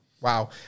Wow